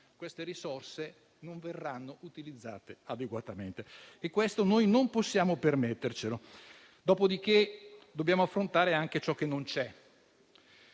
queste risorse non verranno utilizzate adeguatamente. Questo non possiamo permettercelo. Dopodiché, dobbiamo affrontare anche ciò che non c'è